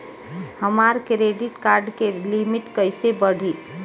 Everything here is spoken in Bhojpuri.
हमार क्रेडिट कार्ड के लिमिट कइसे बढ़ी?